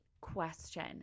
question